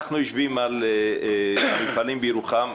אנחנו דנים על מפעלים בירוחם.